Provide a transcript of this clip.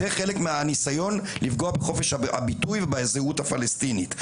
זה חלק מהניסיון לפגוע בחופש הביטוי ובזהות הפלשתינית.